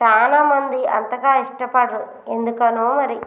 సానా మంది అంతగా ఇష్టపడరు ఎందుకనో మరి